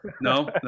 No